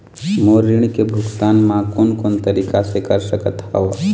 मोर ऋण के भुगतान म कोन कोन तरीका से कर सकत हव?